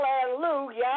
hallelujah